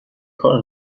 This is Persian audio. کار